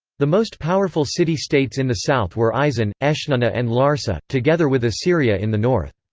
the most powerful city states in the south were isin, eshnunna and larsa, together with assyria in the north.